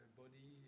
body